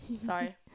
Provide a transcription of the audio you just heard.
Sorry